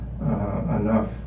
enough